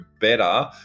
better